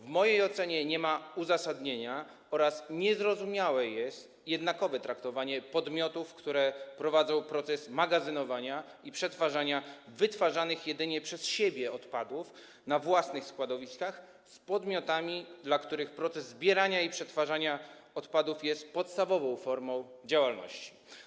W mojej ocenie nie ma uzasadnienia oraz niezrozumiałe jest jednakowe traktowanie podmiotów, które prowadzą proces magazynowania i przetwarzania wytwarzanych jedynie przez siebie odpadów na własnych składowiskach, z podmiotami, dla których proces zbierania i przetwarzania odpadów jest podstawową formą działalności.